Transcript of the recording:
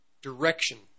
direction